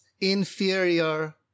inferior